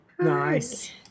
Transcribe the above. Nice